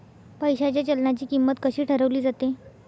पैशाच्या चलनाची किंमत कशी ठरवली जाते